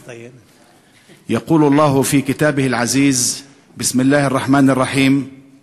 להלן תרגומם: כמה מילים לזכר אב בחלוף שנה למותו.